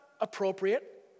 appropriate